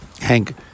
Hank